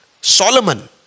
Solomon